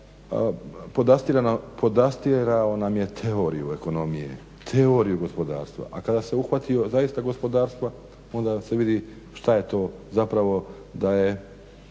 podastirao nam je teoriju ekonomije, teoriju gospodarstva. A kada se uhvatio zaista gospodarstva onda se vidi šta je to zapravo da je